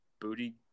booty